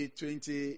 twenty